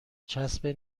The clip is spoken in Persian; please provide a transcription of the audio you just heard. چسب